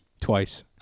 Twice